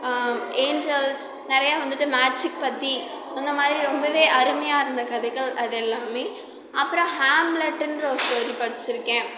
Angeles நிறையா வந்துவிட்டு magic பற்றி அந்த மாதிரி ரொம்பவே அருமையாக இருந்த கதைகள் அது எல்லாமே அப்புறம் ஹேம்லெட்டுன்ற ஒரு ஸ்டோரி படிச்சுருக்கேன்